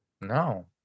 No